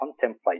contemplate